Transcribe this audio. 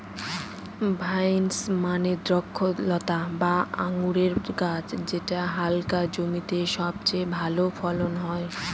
vines মানে দ্রক্ষলতা বা আঙুরের গাছ যেটা হালকা জমিতে সবচেয়ে ভালো ফলন হয়